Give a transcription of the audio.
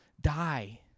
die